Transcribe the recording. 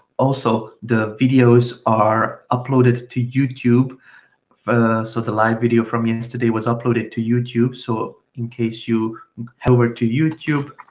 also the videos are uploaded to youtube for sort of live video from yesterday, was uploaded to youtube, so in case you head over to youtube